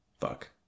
Fuck